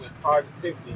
positivity